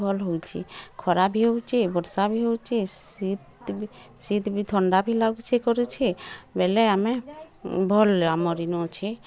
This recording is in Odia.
ଭଲ୍ ହଉଛି ଖରା ବି ହଉଛି ବର୍ଷା ବି ହଉଛି ଶୀତ୍ ବି ଥଣ୍ଡା ବି ଲାଗୁଛି କରୁଛେ ବେଲେ ଆମେ ଭଲ୍ ଆମର୍ ଏନୁ ଅଛି